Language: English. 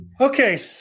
Okay